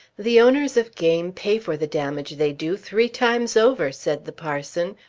the owners of game pay for the damage they do three times over, said the parson,